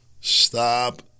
Stop